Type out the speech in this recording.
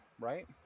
right